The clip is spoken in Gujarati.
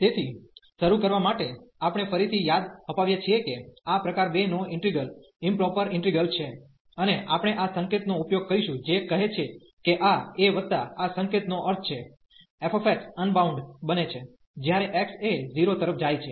તેથી શરૂ કરવા માટે આપણે ફરીથી યાદ અપાવીએ છીએ કે આ પ્રકાર 2 નો ઈન્ટિગ્રલ ઇમપ્રોપર ઈન્ટિગ્રલ છે અને આપણે આ સંકેત નો ઉપયોગ કરીશું જે કહે છે કે આ a વત્તા આ સંકેત નો અર્થ છે f અનબાઉન્ડ બને છે જ્યારે x એ 0 તરફ જાય છે